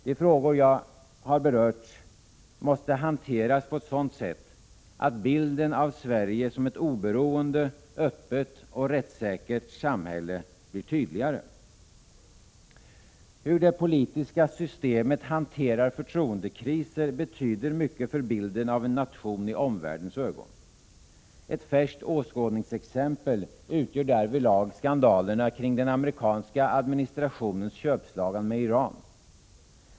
De frågor jag har berört måste hanteras på sådant sätt, att bilden av Sverige som ett oberoende, öppet och rättssäkert samhälle blir tydligare. Hur det politiska systemet hanterar förtroendekriser betyder mycket för bilden av en nation i omvärldens ögon. Ett färskt åskådningsexempel utgör därvidlag skandalerna kring den amerikanska administrationens köpslagan med Iran.